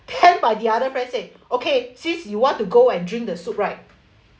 can but the other friend say okay since you want to go and drink the soup right